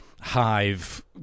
hive